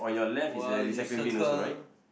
while you circle